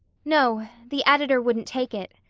no, the editor wouldn't take it,